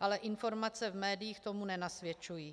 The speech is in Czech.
ale informace v médiích tomu nenasvědčují.